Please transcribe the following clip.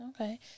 Okay